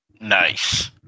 Nice